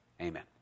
amen